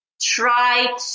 try